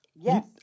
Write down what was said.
yes